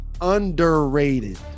underrated